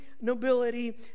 nobility